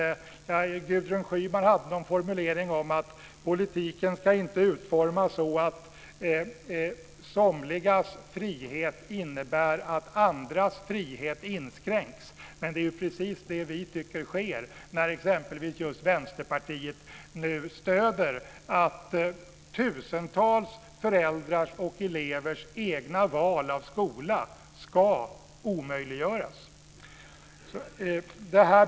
Gudrun Schyman hade någon formulering om att politiken inte ska utformas så att somligas frihet innebär att andras frihet inskränks. Det är precis det vi tycker sker när exempelvis just Vänsterpartiet nu stöder att tusentals föräldrars och elevers egna val av skola ska omöjliggöras.